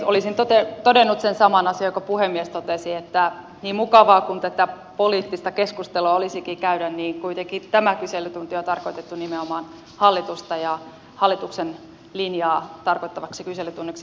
olisin todennut sen saman asian jonka puhemies totesi että niin mukavaa kuin tätä poliittista keskustelua olisikin käydä niin kuitenkin tämä kyselytunti on tarkoitettu nimenomaan hallitusta ja hallituksen linjaa tarkoittavaksi kyselytunniksi